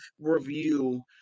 review